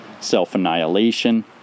self-annihilation